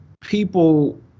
people